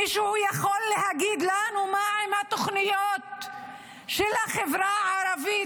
מישהו יכול להגיד לנו מה עם התוכניות של החברה הערבית,